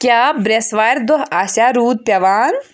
کیاہ بریسوارِ دۄہ آسہِ روٗد پیٚوان